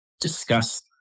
discuss